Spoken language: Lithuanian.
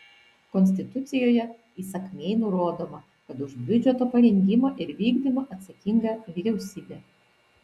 konstitucijoje įsakmiai nurodoma kad už biudžeto parengimą ir vykdymą atsakinga vyriausybė